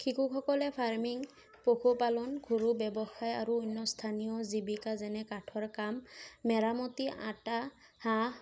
শিশুসকলে ফাৰ্মিং পশুপালন গৰু ব্যৱসায় আৰু অন্য স্থানীয় জীৱিকা যেনে কাঠৰ কাম মেৰামতি আটা হাঁহ